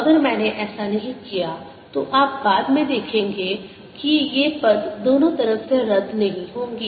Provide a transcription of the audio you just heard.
अगर मैंने ऐसा नहीं किया तो आप बाद में देखेंगे कि ये पद दोनों तरफ से रद्द नहीं होंगी